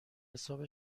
حساب